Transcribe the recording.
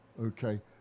Okay